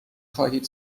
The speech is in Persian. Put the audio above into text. خواهید